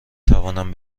توانم